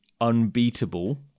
unbeatable